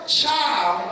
child